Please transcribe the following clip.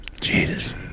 jesus